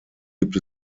gibt